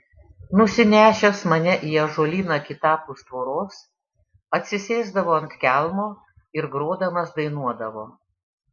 nusinešęs mane į ąžuolyną kitapus tvoros atsisėsdavo ant kelmo ir grodamas dainuodavo